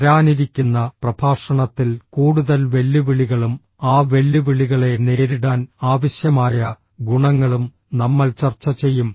വരാനിരിക്കുന്ന പ്രഭാഷണത്തിൽ കൂടുതൽ വെല്ലുവിളികളും ആ വെല്ലുവിളികളെ നേരിടാൻ ആവശ്യമായ ഗുണങ്ങളും നമ്മൾചർച്ച ചെയ്യും